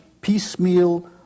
piecemeal